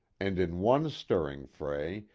and in one stirring fray,